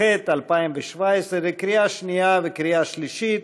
התשע"ח 2017, לקריאה שנייה ולקריאה שלישית.